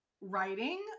writing